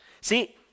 See